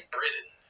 Britain